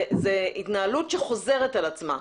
זו התנהלות שחוזרת על עצמה.